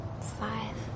Five